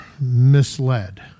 misled